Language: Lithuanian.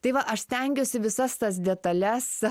tai va aš stengiuosi visas tas detales